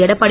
Edappadi